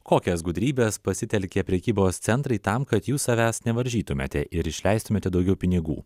kokias gudrybes pasitelkia prekybos centrai tam kad jūs savęs nevaržytumėte ir išleistumėte daugiau pinigų